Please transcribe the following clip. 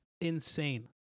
insane